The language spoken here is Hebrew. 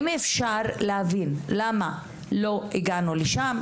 אם אפשר להבין למה לא הגענו לשם,